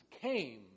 came